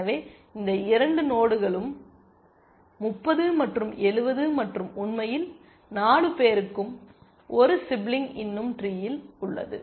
எனவே இந்த இரண்டு நோடுகளும் 30 மற்றும் 70 மற்றும் உண்மையில் 4 பேருக்கும் ஒரு சிப்லிங் இன்னும் ட்ரீயில் உள்ளது